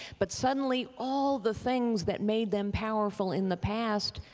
but suddenly all the things that made them powerful in the past